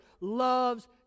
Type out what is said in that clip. loves